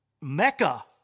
Mecca